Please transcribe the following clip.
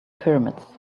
pyramids